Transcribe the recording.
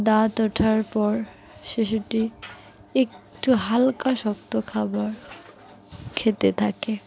দাঁত ওঠার পর শিশুটি একটু হালকা শক্ত খাবার খেতে থাকে